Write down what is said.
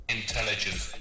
intelligence